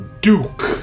Duke